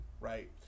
right